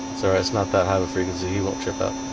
so it's not that high frequency you won't trip up